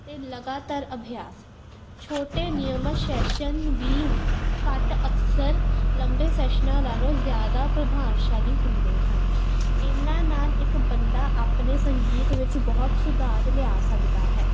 ਅਤੇ ਲਗਾਤਾਰ ਅਭਿਆਸ ਛੋਟੇ ਨਿਯਮਤ ਸੈਸ਼ਨ ਵੀ ਘੱਟ ਅਕਸਰ ਲੰਬੇ ਸੈਸ਼ਨਾਂ ਨਾਲੋਂ ਜ਼ਿਆਦਾ ਪ੍ਰਭਾਵਸ਼ਾਲੀ ਹੁੰਦੇ ਹਨ ਇਹਨਾਂ ਨਾਲ ਇੱਕ ਬੰਦਾ ਆਪਣੇ ਸੰਗੀਤ ਵਿੱਚ ਬਹੁਤ ਸੁਧਾਰ ਲਿਆ ਸਕਦਾ ਹੈ